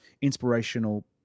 inspirational